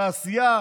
תעשייה,